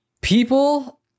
people